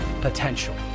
potential